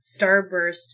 starburst